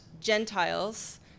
Gentiles